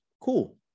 cool